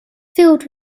filled